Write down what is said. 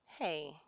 hey